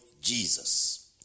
Jesus